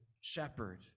shepherd